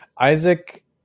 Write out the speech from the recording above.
isaac